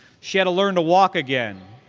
she had to learn to walk again,